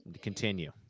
Continue